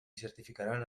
certificaran